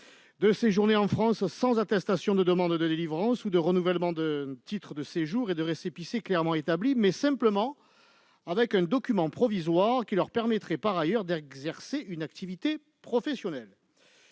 de séjourner en France sans attestation de demande de délivrance ou de renouvellement d'un titre de séjour, et sans récépissé clairement établi, mais simplement avec un document provisoire qui leur permettrait, par ailleurs, d'exercer une activité professionnelle.